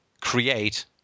create